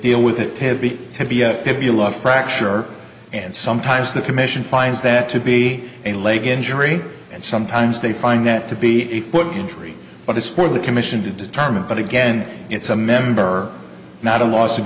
look fracture and sometimes the commission finds that to be a leg injury and sometimes they find that to be a foot injury but it's for the commission to determine but again it's a member not a loss of